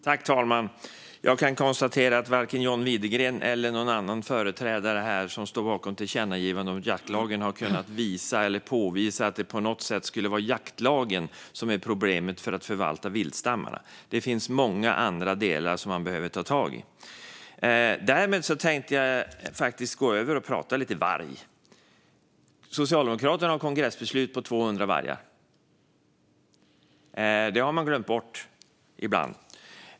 Fru talman! Jag kan konstatera att varken John Widegren eller någon annan företrädare som står bakom tillkännagivandet om jaktlagen har kunnat påvisa att det på något sätt skulle vara jaktlagen som är problemet när det gäller att förvalta viltstammarna. Det finns många andra delar som man behöver ta tag i. Därmed tänkte jag faktiskt gå över till att prata lite varg. Socialdemokraterna har kongressbeslut på 200 vargar. Det har man glömt bort ibland.